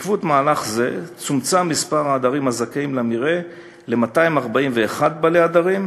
בעקבות מהלך זה צומצם מספר העדרים הזכאים למרעה ל-241 בעלי עדרים,